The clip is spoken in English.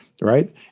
Right